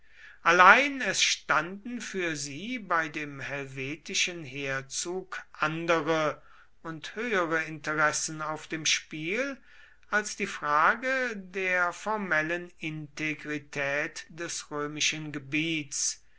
allein es standen für sie bei dem helvetischen heerzug andere und höhere interessen auf dem spiel als die frage der formellen integrität des römischen gebiets